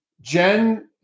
Jen